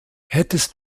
hättest